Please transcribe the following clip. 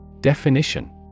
Definition